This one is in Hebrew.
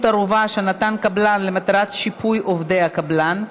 ביטול רישיון חלוקה),